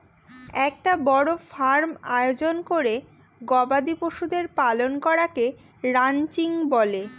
একটা বড় ফার্ম আয়োজন করে গবাদি পশুদের পালন করাকে রানচিং বলে